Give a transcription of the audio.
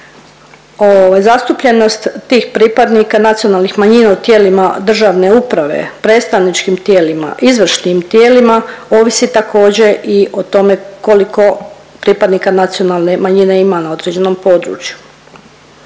zastupljenost tih pripadnika nacionalnih manjina u tijelima državne uprave, predstavničkim tijelima, izvršnim tijelima ovisi takođe i o tome koliko pripadnika nacionalne manjine ima na određenom području.